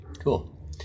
cool